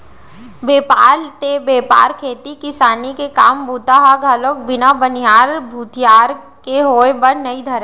बेपार ते बेपार खेती किसानी के काम बूता ह घलोक बिन बनिहार भूथियार के होय बर नइ धरय